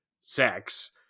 sex